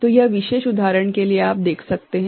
तो इस विशेष उदाहरण के लिए आप देख सकते हैं